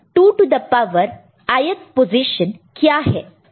2 to the power i th position क्या है